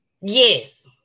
Yes